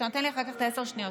אתה נותן לי אחר כך את העשר שניות.